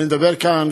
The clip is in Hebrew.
אני מדבר כאן,